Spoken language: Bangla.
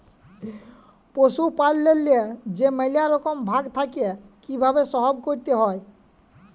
পশুপাললেল্লে যে ম্যালা রকম ভাগ থ্যাকে কিভাবে সহব ক্যরতে হয়